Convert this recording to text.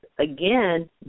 Again